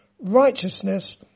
righteousness